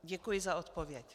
Děkuji za odpověď.